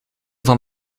van